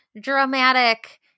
dramatic